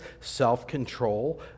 self-control